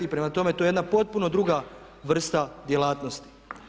Prema tome, to je jedna potpuno druga vrsta djelatnosti.